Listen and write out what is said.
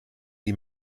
die